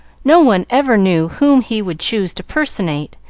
no one ever knew whom he would choose to personate,